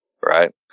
right